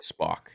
Spock